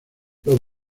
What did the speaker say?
los